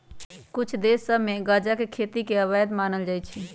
कुछ देश सभ में गजा के खेती के अवैध मानल जाइ छै